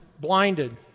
blinded